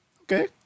Okay